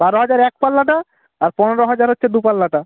বারো হাজার এক পাল্লাটা আর পনেরো হাজার হচ্ছে দু পাল্লাটা